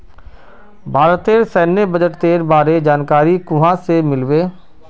भारतेर सैन्य बजटेर बारे जानकारी कुहाँ से मिल बे